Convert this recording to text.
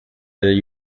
agli